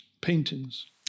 paintings